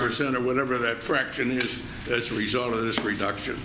version or whatever that fraction is as a result of this reduction